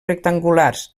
rectangulars